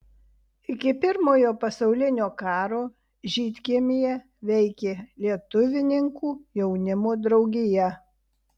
iki pirmojo pasaulinio karo žydkiemyje veikė lietuvininkų jaunimo draugija